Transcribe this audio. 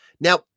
Now